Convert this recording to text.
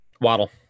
Waddle